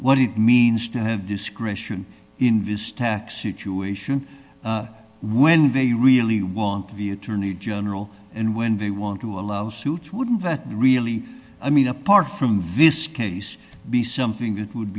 what it means to have discretion in vista tax situation when they really want to be attorney general and when they want to allow suits wouldn't that really i mean apart from vis case be something that would